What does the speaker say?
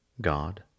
God